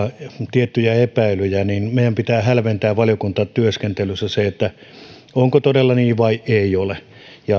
tiettyjä epäilyjä meidän pitää hälventää valiokuntatyöskentelyssä sitä onko todella niin vai eikö ole